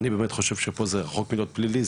אני חושב שפה זה רחוק מלהיות פלילי,